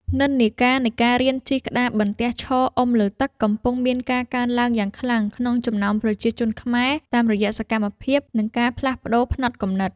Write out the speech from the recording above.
និន្នាការនៃការរៀនជិះក្តារបន្ទះឈរអុំលើទឹក កំពុងមានការកើនឡើងយ៉ាងខ្លាំងក្នុងចំណោមប្រជាជនខ្មែរ តាមរយៈសកម្មភាព និងការផ្លាស់ប្តូរផ្នត់គំនិត។